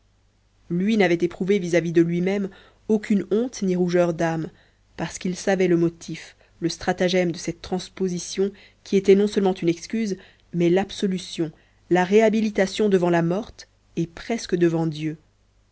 lui n'avait éprouvé vis-à-vis de lui-même aucune honte ni rougeur d'âme parce qu'il savait le motif le stratagème de cette transposition qui était non seulement une excuse mais l'absolution la réhabilitation devant la morte et presque devant dieu